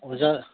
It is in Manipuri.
ꯑꯣꯖꯥ